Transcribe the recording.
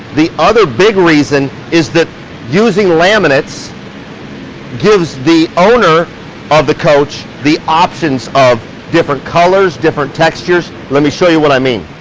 the other big reason is that using laminates gives the owner of the coach the options of different colors, different textures. let me show you what i mean.